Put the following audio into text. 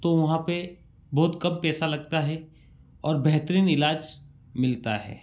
तो वहाँ पर बहुत कम पैसा लगता है और बेहतरीन ईलाज मिलता है